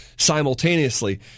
Simultaneously